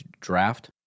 draft